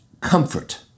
comfort